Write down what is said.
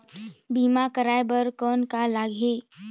बीमा कराय बर कौन का लगही?